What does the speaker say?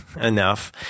enough